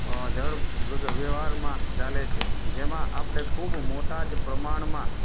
અ જળ વ વ્યવહારમાં ચાલે છે જેમાં આપડે ખૂબ મોટા જ પ્રમાણમાં